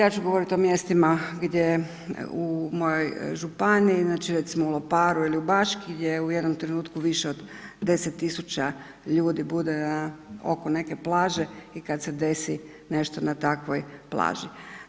Ja ću govori o mjestima gdje u mojoj županiji, znači recimo u Loparu ili u Baški, gdje u jednom trenutku više od 10.000 ljudi bude na oko neke plaže i kad se desi nešto na takvoj plaži.